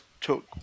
took